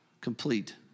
complete